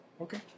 Okay